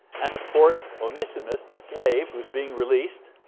and of course, onesimus, the slave, who's being released.